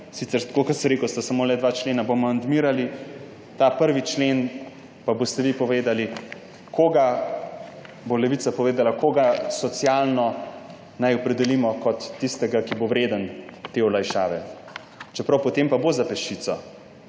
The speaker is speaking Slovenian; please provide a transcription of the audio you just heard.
amandmirali, kot sem rekel, sta samo dva člena, bomo amandmirali ta 1. člen, pa boste vi povedali, bo Levica povedala, koga naj socialno opredelimo kot tistega, ki bo vreden te olajšave. Čeprav potem pa bo za peščico,